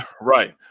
Right